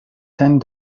tend